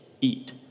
eat